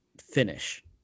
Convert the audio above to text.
finish